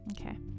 Okay